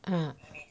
ah